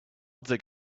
dig